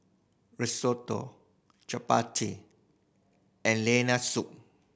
Risotto Chapati and Lentil Soup